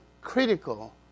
critical